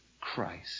Christ